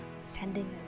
sending